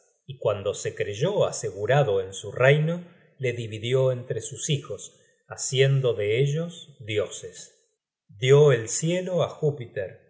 y cuando se creyó asegurado en su reino le dividió entre sus hijos haciendo de ellos dioses dió el cielo á júpiter